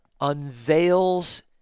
unveils